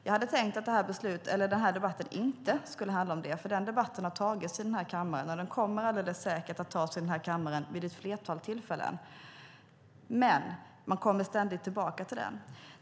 Jag hade tänkt att den här debatten inte skulle handla om det, för den debatten har redan tagits i den här kammaren, och den kommer alldeles säkert att tas upp igen vid ett flertal tillfällen. Man kommer ständigt tillbaka till den.